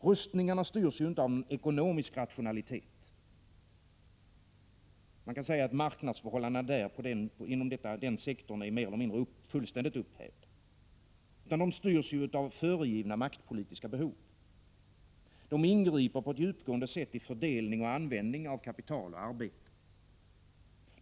Rustningarna styrs inte av ekonomisk rationalitet — man kan säga att marknadsförhållandena inom denna sektor är mer eller mindre fullständigt upphävda — utan av föregivna maktpolitiska behov. De ingriper på ett djupgående sätt i fördelning och användning av kapital och arbete.